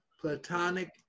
platonic